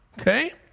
Okay